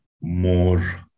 more